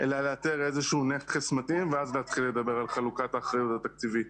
אלא לאתר איזשהו נכס מתאים ואז להתחיל לדבר על חלוקת האחריות התקציבית.